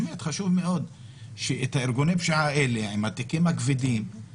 באמת חשוב מאוד שאת ארגוני פשיעה האלה עם התיקים הכבדים,